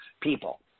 people